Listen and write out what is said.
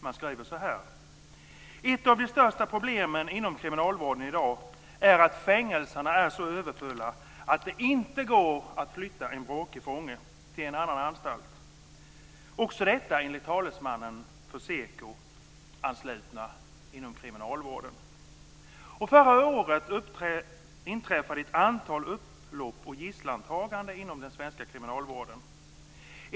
Man skriver så här: "Ett av de största problemen inom kriminalvården i dag är att fängelserna är så överfulla att det inte går att flytta en bråkig fånge till en annan anstalt." Också detta citat är från talesmannen för SEKO Förra året inträffade ett antal upplopp och gisslantaganden inom den svenska kriminalvården.